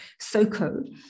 SoCo